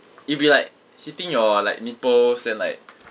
it'd be like hitting your like nipples then like